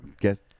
guess